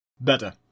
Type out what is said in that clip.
Better